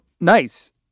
Nice